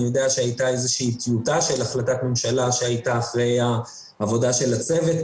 אני יודע שהייתה טיוטת של החלטת ממשלה אחרי העבודה של הצוות,